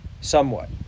somewhat